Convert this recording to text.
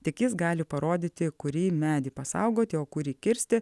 tik jis gali parodyti kurį medį pasaugoti o kurį kirsti